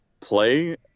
play